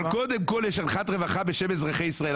אבל קודם כל יש אנחת רווחה בשם אזרחי ישראל.